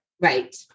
Right